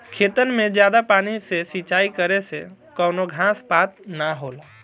खेतन मे जादा पानी से सिंचाई करे से कवनो घास पात ना होला